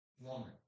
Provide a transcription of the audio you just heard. woman